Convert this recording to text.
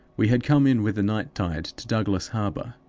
we had come in with the night-tide to douglas harbor,